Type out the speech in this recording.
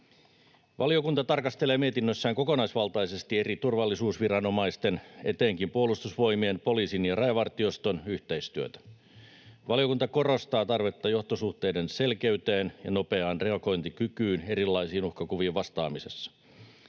Valiokunta tarkastelee mietinnössään kokonaisvaltaisesti eri turvallisuusviranomaisten, etenkin Puolustusvoimien, poliisin ja Rajavartioston, yhteistyötä. Valiokunta korostaa tarvetta johtosuhteiden selkeyteen ja nopeaan reagointikykyyn erilaisiin uhkakuviin vastaamisessa.